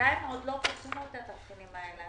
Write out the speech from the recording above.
בינתיים לא פרסמו את התבחינים האלה.